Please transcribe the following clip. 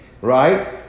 right